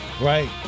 right